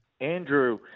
Andrew